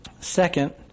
Second